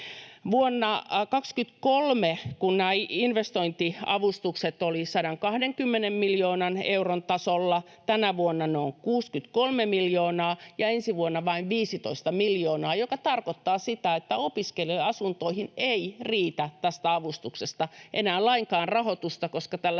Vuonna 23 nämä investointiavustukset olivat 120 miljoonan euron tasolla, tänä vuonna ne ovat 63 miljoonaa ja ensi vuonna vain 15 miljoonaa, mikä tarkoittaa sitä, että opiskelija-asuntoihin ei riitä tästä avustuksesta enää lainkaan rahoitusta, koska tällä